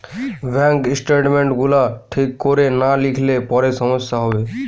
bank statement গুলা ঠিক কোরে না লিখলে পরে সমস্যা হবে